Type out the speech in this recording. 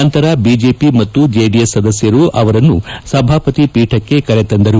ನಂತರ ಬಿಜೆಪಿ ಮತ್ತು ಜೆಡಿಎಸ್ ಸದಸ್ಖರು ಅವರನ್ನು ಸಭಾಪತಿ ಪೀಠಕ್ಕೆ ಕರೆ ತಂದರು